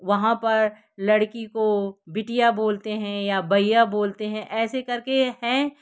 वहाँ पर लड़की को बिटिया बोलते हैं या बइया बोलते हैं ऐसे करके हैं